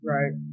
Right